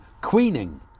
Queening